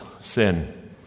sin